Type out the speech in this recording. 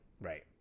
Right